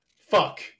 Fuck